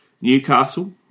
Newcastle